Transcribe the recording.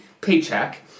paycheck